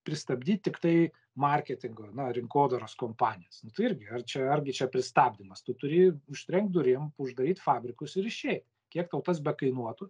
pristabdyt tiktai marketingo na rinkodaros kompanijas tai irgi ar čia argi čia pristabdymas tu turi užtrenkt durim uždaryt fabrikus ir išei kiek tau tas bekainuotų